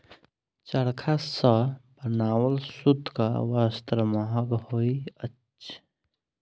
चरखा सॅ बनाओल सूतक वस्त्र महग होइत अछि